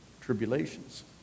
tribulations